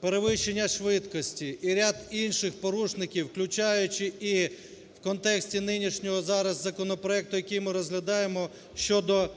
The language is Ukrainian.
Перевищення швидкості і ряд інших порушників, включаючи і в контексті нинішнього зараз законопроекту, який ми розглядаємо, щодо